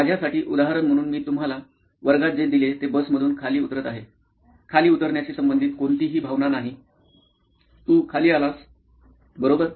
माझ्यासाठी उदाहरण म्हणून मी तुम्हाला वर्गात जे दिले ते बसमधून खाली उतरत आहे खाली उतरण्याशी संबंधित कोणतीही भावना नाही तू खाली आलास खाली आलास बरोबर